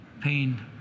pain